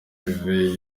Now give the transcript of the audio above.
herve